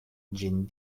ĝin